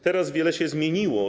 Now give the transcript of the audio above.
Teraz wiele się zmieniło.